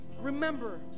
remember